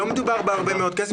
לא מדובר בהרבה מאוד כסף,